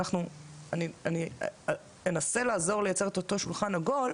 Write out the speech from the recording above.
אני אנסה לעזור ליצר את אותו שולחן עגול,